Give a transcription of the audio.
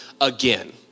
again